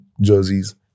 jerseys